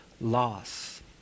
loss